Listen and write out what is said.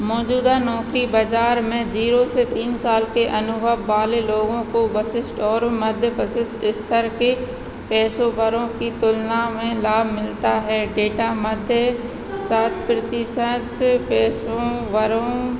मौजूदा नौकरी बाजार में जीरो से तीन साल के अनुभव वाले लोगों को वरिष्ठ और मध्य वरिष्ठ स्तर के पेशेवारों की तुलना में लाभ मिलता है डेटा मध्य सात प्रतिशत पेशेवारों